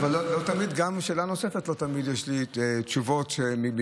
לא תמיד יש לי תשובות גם בשאלה נוספת,